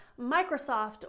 Microsoft